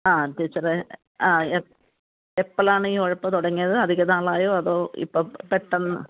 ആ ടീച്ചറെ ആ എപ്പളാണ് ഈ ഉഴപ്പ് തുടങ്ങിയത് അധിക നാളായോ അതോ ഇപ്പം പെട്ടെന്ന്